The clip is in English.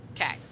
Okay